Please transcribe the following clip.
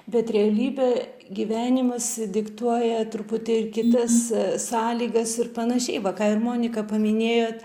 bet realybė gyvenimas diktuoja truputį ir kitas sąlygas ir panašiai va ką ir monika paminėjot